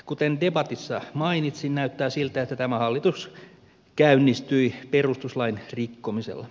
kuten debatissa mainitsin näyttää siltä että tämä hallitus käynnistyi perustuslain rikkomisella